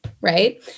right